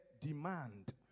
demand